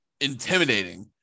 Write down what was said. intimidating